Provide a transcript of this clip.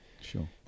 Sure